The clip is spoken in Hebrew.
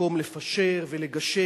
במקום לפשר ולגשר,